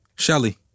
Shelly